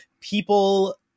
people